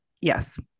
Yes